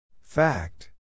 fact